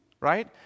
right